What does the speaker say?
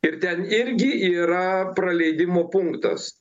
ir ten irgi yra praleidimo punktas